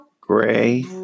Gray